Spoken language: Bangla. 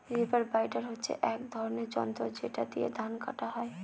রিপার বাইন্ডার হচ্ছে এক ধরনের যন্ত্র যেটা দিয়ে ধান কাটা হয়